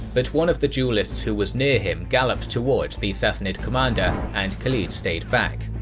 but one of the duelists who was near him galloped towards the sassanid commander and khalid stayed back.